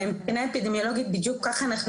מבחינה אפידמיולוגית בדיוק ככה אנחנו